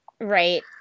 Right